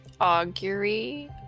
Augury